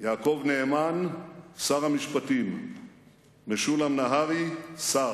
יעקב נאמן, שר המשפטים, משולם נהרי, שר,